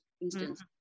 instance